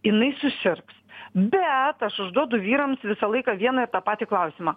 jinai susirgs bet aš užduodu vyrams visą laiką vieną ir tą patį klausimą